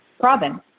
province